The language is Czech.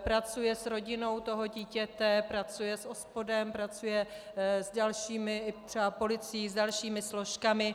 Pracuje s rodinou toho dítěte, pracuje s OSPODem, pracuje s dalšími, třeba policií, s dalšími složkami.